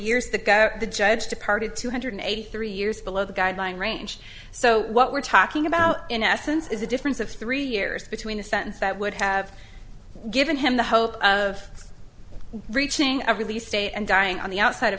years the guy the judge departed two hundred eighty three years below the guideline range so what we're talking about in essence is a difference of three years between a sentence that would have given him the hope of reaching a release day and dying on the outside of